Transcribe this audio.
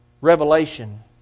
revelation